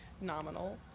nominal